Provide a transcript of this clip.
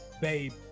Babe